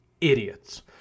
idiots